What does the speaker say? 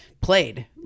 played